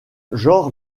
genre